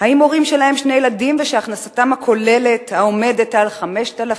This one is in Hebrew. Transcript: האם הורים שלהם שני ילדים ואשר הכנסתם הכוללת העומדת על 5,807